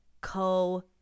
co-